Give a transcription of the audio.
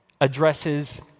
addresses